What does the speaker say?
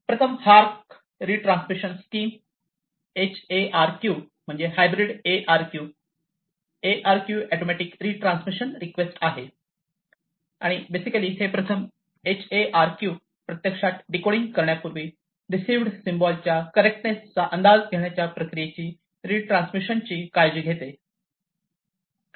प्रथम HARQ retransmission scheme HARQ म्हणजे hybrid ARQ ARQ automatic retransmission request आहे आणि बेसिकली हे प्रथम एचएआरक्यू प्रत्यक्षात डीकोडिंग करण्यापूर्वी रिसीव्हड सिम्बॉलच्या कॉर्रेक्टनेस चा अंदाज घेण्याच्या प्रक्रियेद्वारे रीट्रान्समिशनची काळजी घेते